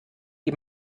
die